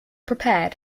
prepared